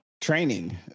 training